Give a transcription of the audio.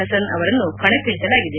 ಪಸನ್ ಅವರನ್ನು ಕಣಕ್ಕಿಳಿಸಲಾಗಿದೆ